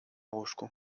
łóżku